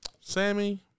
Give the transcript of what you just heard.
Sammy